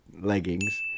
leggings